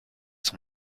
son